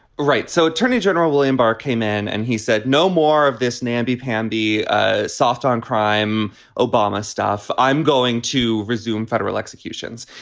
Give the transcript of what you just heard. right. so attorney general william barr came in and he said no more of this namby pamby ah soft on crime obama stuff. i'm going to resume federal executions.